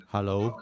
Hello